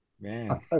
Man